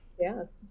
Yes